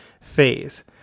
phase